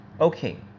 Okay